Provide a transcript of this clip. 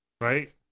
Right